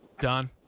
Don